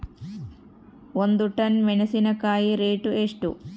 ಒಂದು ಟನ್ ಮೆನೆಸಿನಕಾಯಿ ರೇಟ್ ಎಷ್ಟು?